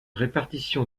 répartition